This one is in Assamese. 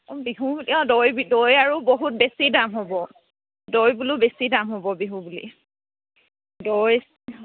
অঁ বিহু অঁ দৈ দৈ আৰু বহুত বেছি দাম হ'ব দৈ বোলো বেছি দাম হ'ব বিহু বুলি দৈ